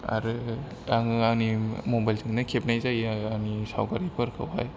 आरो आङो आंनि मबाइल जोंनो खेबनाय जायो आंनि सावगारिफोरखौहाय